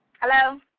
Hello